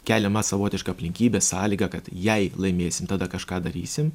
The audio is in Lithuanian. keliama savotiška aplinkybė sąlyga kad jei laimėsim tada kažką darysim